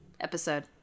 episode